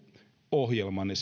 ohjelmanne